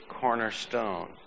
cornerstone